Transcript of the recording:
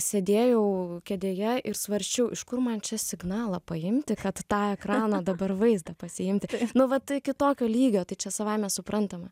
sėdėjau kėdėje ir svarsčiau iš kur man čia signalą paimti kad tą ekraną dabar vaizdą pasiimti nu vat iki tokio lygio tai čia savaime suprantama